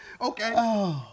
Okay